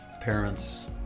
parents